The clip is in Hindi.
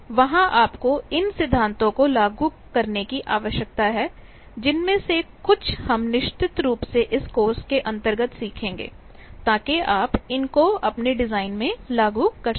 वहां आपको इन सिद्धांतों को लागू करने की आवश्यकता है जिनमें से कुछ हम निश्चित रूप से इस कोर्स के अंतर्गत सीखेंगे ताकि आप इनको अपने डिजाइन में लागू कर सकें